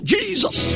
Jesus